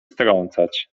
strącać